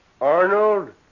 Arnold